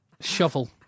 Shovel